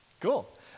cool